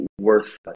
worth